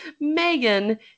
Megan